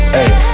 Hey